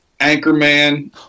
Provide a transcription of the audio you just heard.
Anchorman